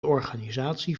organisatie